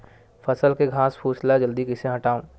फसल के घासफुस ल जल्दी कइसे हटाव?